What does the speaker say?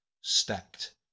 stacked